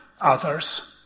others